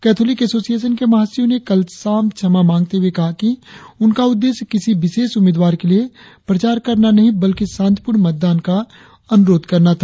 Catholic association के महासचिव ने कल शाम क्षमा मांगते हुए कहा कि उनका उद्देश्य किसी विशेष उम्मीदवार के लिए प्रचार करना नहीं बल्कि शांतिपूर्ण मतदान का अनुरोध करना था